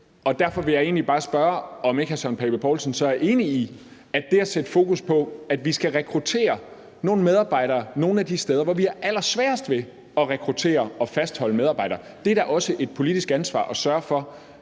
derfor vil jeg egentlig bare spørge, om ikke hr. Søren Pape Poulsen så er enig i det at sætte fokus på, at vi skal rekruttere nogle medarbejdere nogle af de steder, hvor vi har allersværest ved at rekruttere og fastholde medarbejdere, og at det da også er et politisk ansvar at sørge for,